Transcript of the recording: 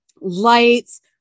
lights